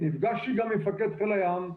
נפגשתי גם עם מפקד חיל הים,